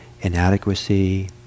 inadequacy